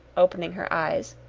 opening her eyes,